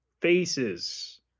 faces